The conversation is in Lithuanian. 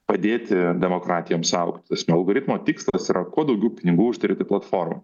padėti demokratijoms augti ta prasme algoritmo tikslas yra kuo daugiau pinigų uždirbti platformom